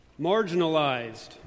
Marginalized